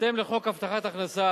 בהתאם לחוק הבטחת הכנסה,